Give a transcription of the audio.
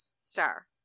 star